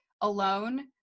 alone